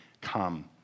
come